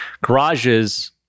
Garages